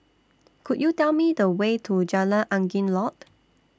Could YOU Tell Me The Way to Jalan Angin Laut